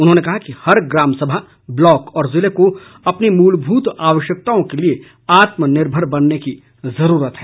उन्होंने कहा कि हर ग्रामसभा ब्लॉक और जिले को अपनी मूलभूत आवश्यकताओं के लिए आत्मनिर्भर बनने की जरूरत है